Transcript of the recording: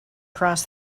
cross